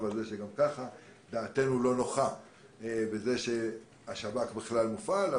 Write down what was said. הזה כשגם ככה דעתנו לא נוחה מזה שהשב"כ בכלל מופעל,